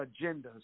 agendas